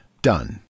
Done